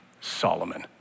Solomon